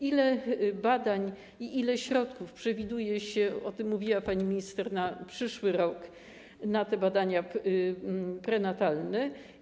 Ile badań i ile środków przewiduje się, o tym mówiła pani minister, na przyszły rok na badania prenatalne?